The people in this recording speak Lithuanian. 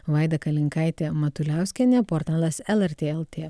vaida kalinkaitė matuliauskienė portalas lrt lt